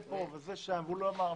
לא,